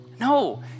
no